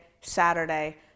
Saturday